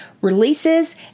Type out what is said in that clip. releases